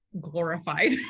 glorified